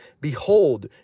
Behold